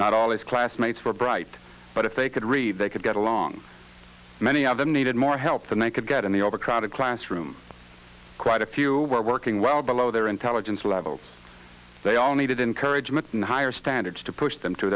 not all his classmates were bright but if they could read they could get along many of them needed more help than they could get in the overcrowded classroom quite a few were working well below their intelligence level they all needed encouragement and higher standards to push them t